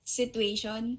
situation